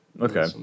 okay